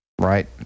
right